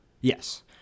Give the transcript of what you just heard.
Yes